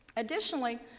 additionally,